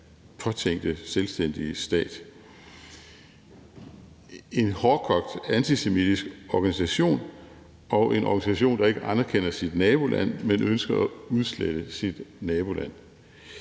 påtænkte selvstændige stat, altså en hårdkogt antisemitisk organisation og en organisation, der ikke anerkender sit naboland, men ønsker at udslette det.